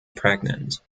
pregnant